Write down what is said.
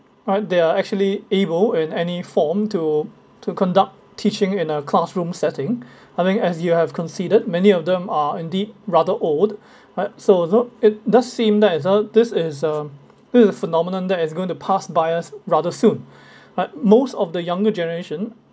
uh they are actually able in any form to to conduct teaching in a classroom setting I think as you have considered many of them are indeed rather old right so although it does seem there's a this is a this is phenomenon that is going to pass by us rather soon but most of the younger generation